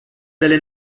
delle